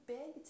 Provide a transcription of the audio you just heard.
big